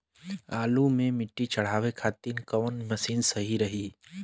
आलू मे मिट्टी चढ़ावे खातिन कवन मशीन सही रही?